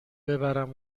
ببرم